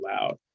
loud